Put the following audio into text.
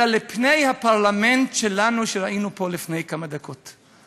אלא לפני הפרלמנט שלנו, שראינו פה לפני כמה דקות.